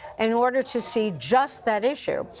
and order to see just that issue.